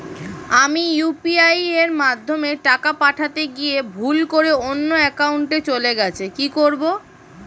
আমি ইউ.পি.আই মাধ্যমে টাকা পাঠাতে গিয়ে ভুল করে অন্য একাউন্টে চলে গেছে কি করব?